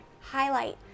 highlight